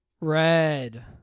Red